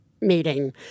meeting